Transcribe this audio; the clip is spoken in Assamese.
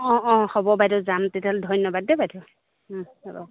অঁ অঁ হ'ব বাইদেউ যাম তেতিয়াহ'লে ধন্যবাদ দেই বাইদেউ হ'ব